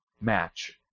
match